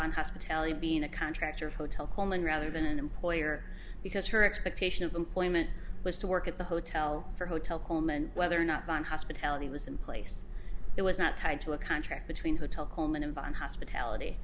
on hospitality being a contractor hotel coleman rather than an employer because her expectation of employment was to work at the hotel for hotel home and whether or not don hospitality was in place it was not tied to a contract between hotel coleman and beyond hospitality